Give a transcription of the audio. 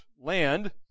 Land